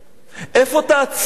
איפה תעצרו את זה?